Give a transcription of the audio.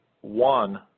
one